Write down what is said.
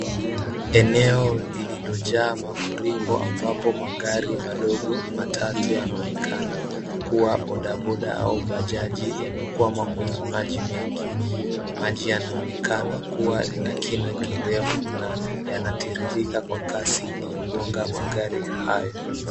Eneo lililojaa mafuriko ambapo magari madogo matatu yanayoonekana kuwa bodaboda au bajaji yamekwama kwenye maji mengi. Maji yanaonekana kuwa na kina kirefu na yanatiririka kwa kasi iliyogonga magari hayo.